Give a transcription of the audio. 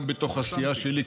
גם בתוך הסיעה שלי,